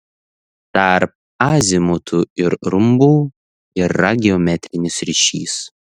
tarp azimutų ir rumbų yra geometrinis ryšys